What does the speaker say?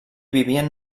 vivien